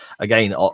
Again